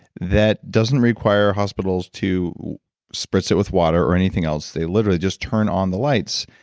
that doesn't require hospitals to spritz it with water or anything else. they literally just turn on the lights.